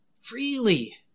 freely